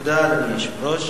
תודה, אדוני היושב-ראש.